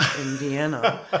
Indiana